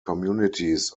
communities